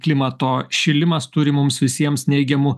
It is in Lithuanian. klimato šilimas turi mums visiems neigiamų